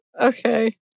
Okay